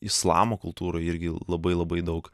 islamo kultūroj irgi labai labai daug